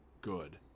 good